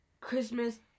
Christmas